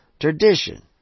tradition